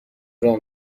راه